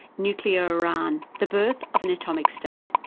nuclear iran the birth of an atomic state.